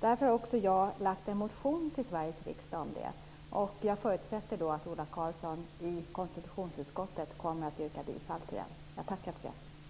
Därför har jag väckt en motion till Sveriges riksdag om detta, och jag förutsätter att Ola Karlsson i konstitutionsutskottet kommer att yrka bifall till den. Jag tackar för ett sådant stöd.